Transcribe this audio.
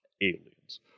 Aliens